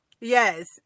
Yes